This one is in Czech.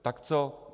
Tak co?